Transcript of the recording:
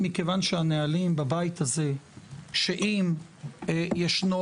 מכיוון שהנהלים בבית הזה שאם ישנו